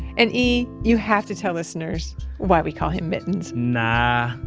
and e, you have to tell listeners why we call him mittens nah.